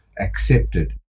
accepted